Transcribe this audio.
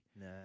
No